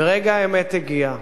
ורגע האמת הגיע.